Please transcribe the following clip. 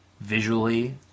visually